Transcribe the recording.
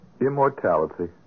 Immortality